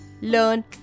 learn